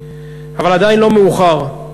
אבל עדיין לא מאוחר.